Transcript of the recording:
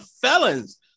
felons